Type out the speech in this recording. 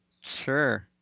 Sure